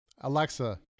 Alexa